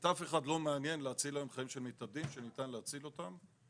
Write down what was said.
את אף אחד לא מעניין להציל חיים של מתאבדים שניתן להציל אותם.